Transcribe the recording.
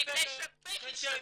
מפני ש- -- שלך,